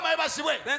Thank